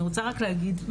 אני רוצה רק להגיד,